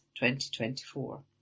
2024